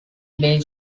bay